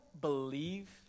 believe